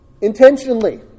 Intentionally